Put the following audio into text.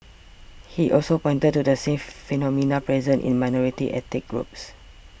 he also pointed to the same phenomena present in minority ethnic groups